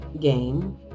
game